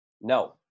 No